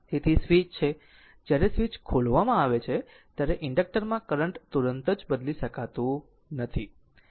તેથી સ્વીચ છે જ્યારે સ્વીચ ખોલવામાં આવે છે ત્યારે ઇન્ડક્ટર માં કરંટ તુરંત જ બદલી શકાતું નથી